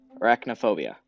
arachnophobia